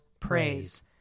Praise